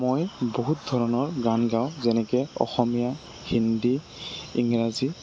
মই বহুত ধৰণৰ গান গাওঁ যেনেকে অসমীয়া হিন্দী ইংৰাজী